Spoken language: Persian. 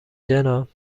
جناب